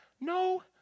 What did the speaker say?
No